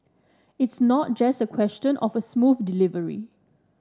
it's not just a question of a smooth delivery